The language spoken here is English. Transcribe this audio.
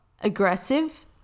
aggressive